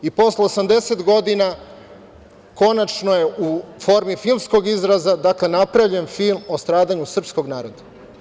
I posle 80 godina konačno je u formi filmskog izraza napravljen film o stradanju srpskog naroda.